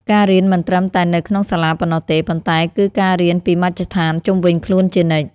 ការរៀនមិនត្រឹមតែនៅក្នុងសាលាប៉ុណ្ណោះទេ ប៉ុន្តែគឺការរៀនពីមជ្ឈដ្ឋានជុំវិញខ្លួនជានិច្ច។